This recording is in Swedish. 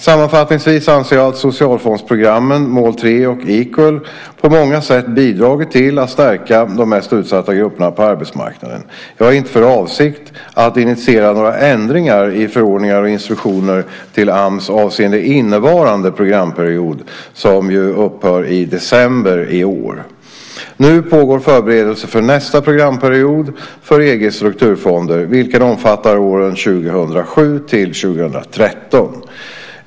Sammanfattningsvis anser jag att socialfondsprogrammen mål 3 och Equal på många sätt bidragit till att stärka de mest utsatta grupperna på arbetsmarknaden. Jag har inte för avsikt att initiera några ändringar i förordningar och instruktioner till Ams avseende innevarande programperiod, som upphör i december i år. Nu pågår förberedelser för nästa programperiod för EG:s strukturfonder, vilken omfattar åren 2007-2013.